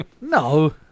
No